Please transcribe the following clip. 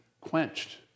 quenched